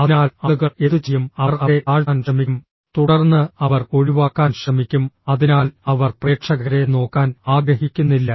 അതിനാൽ ആളുകൾ എന്തുചെയ്യും അവർ അവരെ താഴ്ത്താൻ ശ്രമിക്കും തുടർന്ന് അവർ ഒഴിവാക്കാൻ ശ്രമിക്കും അതിനാൽ അവർ പ്രേക്ഷകരെ നോക്കാൻ ആഗ്രഹിക്കുന്നില്ല